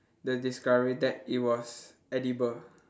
the discovery that it was edible